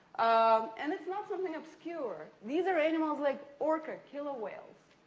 um and it's not something obscure. these are animals like orca, killer whales.